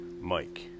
Mike